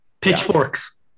pitchforks